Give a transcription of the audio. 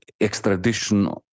extradition